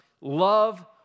love